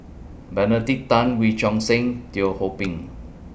Benedict Tan Wee Choon Seng Teo Ho Pin